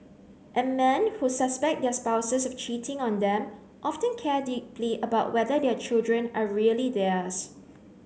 and men who suspect their spouses of cheating on them often care deeply about whether their children are really theirs